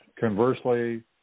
Conversely